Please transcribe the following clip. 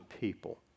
people